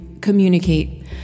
communicate